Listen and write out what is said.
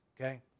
okay